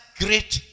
great